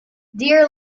dear